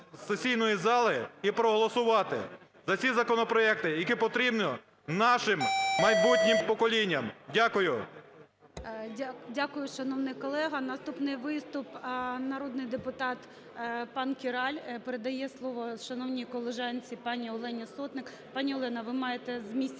до сесійної зали і проголосувати за ці законопроекти, які потрібні нашим майбутнім поколінням. Дякую. ГОЛОВУЮЧИЙ. Дякую, шановний колего. Наступний виступ – народний депутат пан Кіраль передає слово шановній колежанці пані Олені Сотник. Пані Олена, ви маєте з місця